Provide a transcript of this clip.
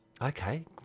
Okay